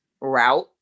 route